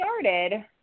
started